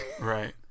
Right